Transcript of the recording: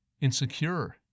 insecure